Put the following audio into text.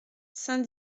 saint